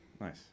Nice